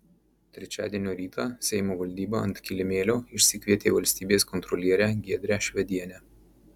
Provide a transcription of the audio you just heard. trečiadienio rytą seimo valdyba ant kilimėlio išsikvietė valstybės kontrolierę giedrę švedienę